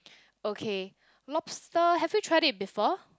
okay lobster have you tried it before